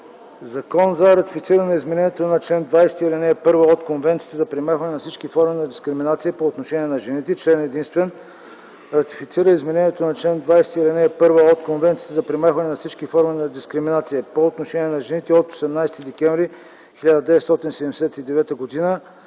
Ратифицира Изменението на чл. 20, ал. 1 от Конвенцията за премахване на всички форми на дискриминация по отношение на жените